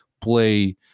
play